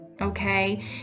Okay